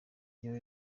jyewe